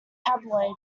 tabloids